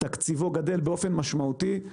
גדל באופן משמעותי.